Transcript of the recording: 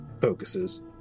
focuses